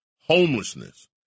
homelessness